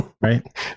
right